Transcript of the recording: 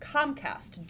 Comcast